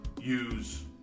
use